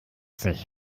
sich